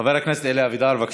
חבר הכנסת אלי אבידר, בבקשה.